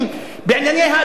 בענייני האדמות,